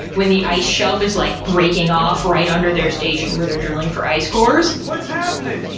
when the ice shelf is like breaking off right under their station where they're drilling for ice cores what's happening!